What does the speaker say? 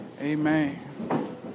Amen